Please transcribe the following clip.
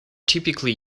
typically